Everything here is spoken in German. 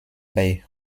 bei